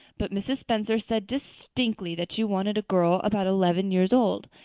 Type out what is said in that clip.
but mrs. spencer said distinctly that you wanted a girl about eleven years old.